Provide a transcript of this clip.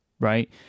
right